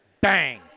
Bang